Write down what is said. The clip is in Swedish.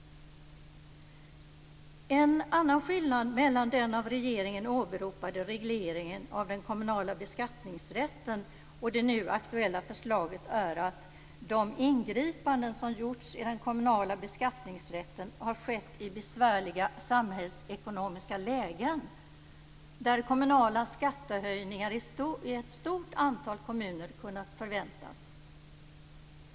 En annan skillnad mellan den av regeringen åberopade regleringen av den kommunala beskattningsrätten och det nu aktuella förslaget är att de ingripanden som gjorts i den kommunala beskattningsrätten har skett i besvärliga samhällsekonomiska lägen där kommunala skattehöjningar i ett stort antal kommuner kunnat förväntas.